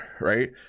right